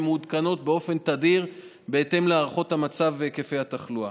והם מעודכנים באופן תדיר בהתאם להערכות המצב והיקפי התחלואה.